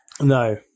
No